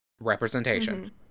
representation